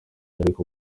ariko